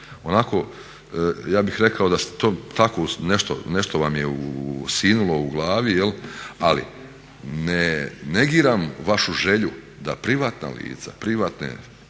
onako ja bih rekao da ste to tako, nešto vam je sinulo u glavi ali negiram vašu želju da privatna lica, privatne